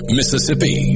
Mississippi